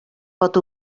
pot